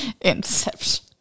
inception